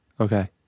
Okay